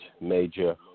major